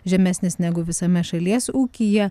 žemesnis negu visame šalies ūkyje